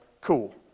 cool